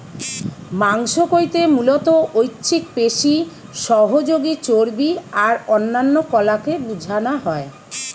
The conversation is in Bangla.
মাংস কইতে মুলত ঐছিক পেশি, সহযোগী চর্বী আর অন্যান্য কলাকে বুঝানা হয়